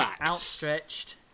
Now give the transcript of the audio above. outstretched